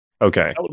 okay